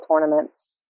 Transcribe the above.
tournaments